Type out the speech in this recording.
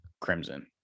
crimson